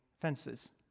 fences